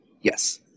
Yes